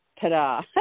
ta-da